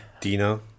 Dina